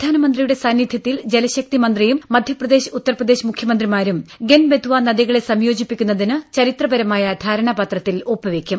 പ്രധാനമന്ത്രിയുടെ സാന്നിധ്യത്തിൽ ജലശക്തി മന്ത്രിയും മധ്യപ്രദേശ് ഉത്തർപ്രദേശ് മുഖ്യമന്ത്രിമാരും കെൻ ബെത് വ നദികളെ സംയോജിപ്പിക്കുന്നതിന് ചരിത്രപരമായ ധാരണാപത്രത്തിൽ ഒപ്പുവെയ്ക്കും